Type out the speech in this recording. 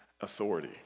authority